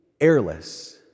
airless